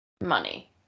money